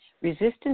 Resistance